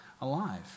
alive